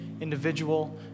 individual